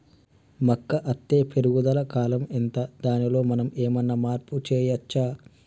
మొక్క అత్తే పెరుగుదల కాలం ఎంత దానిలో మనం ఏమన్నా మార్పు చేయచ్చా?